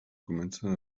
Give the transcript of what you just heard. comencen